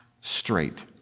straight